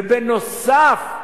ובנוסף,